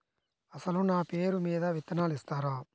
అసలు నా పేరు మీద విత్తనాలు ఇస్తారా?